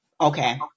Okay